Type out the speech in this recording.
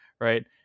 right